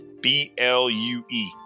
B-L-U-E